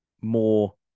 more